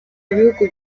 ibihugu